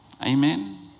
Amen